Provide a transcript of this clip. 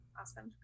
awesome